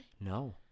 No